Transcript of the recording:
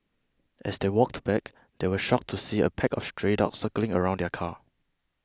as they walked back they were shocked to see a pack of stray dogs circling around the car